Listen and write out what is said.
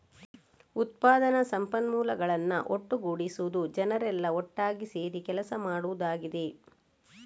ಉತ್ಪಾದನಾ ಸಂಪನ್ಮೂಲಗಳನ್ನ ಒಟ್ಟುಗೂಡಿಸುದು ಜನರೆಲ್ಲಾ ಒಟ್ಟಾಗಿ ಸೇರಿ ಕೆಲಸ ಮಾಡುದಾಗಿದೆ